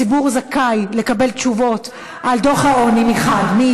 הציבור זכאי לקבל תשובות על דוח העוני, מחד גיסא.